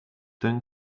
ten